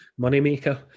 moneymaker